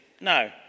No